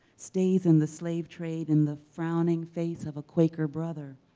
stays in the slave trade in the frowning face of a quaker brother.